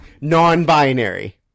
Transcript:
Non-binary